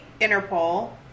Interpol